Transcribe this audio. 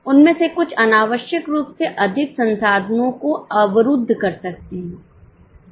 उनमें से कुछ अनावश्यक रूप से अधिक संसाधनों को अवरुद्ध कर सकते हैं